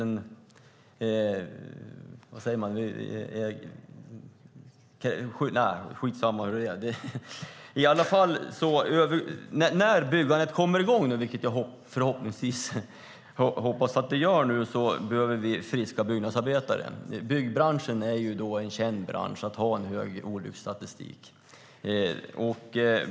När byggandet nu kommer i gång, vilket jag hoppas att det gör, behöver vi friska byggnadsarbetare. Byggbranschen är känd för att ha en hög olycksstatistik.